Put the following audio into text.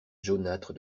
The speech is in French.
jaunâtre